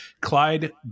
Clyde